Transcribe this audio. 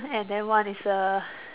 and then one is a